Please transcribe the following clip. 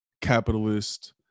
capitalist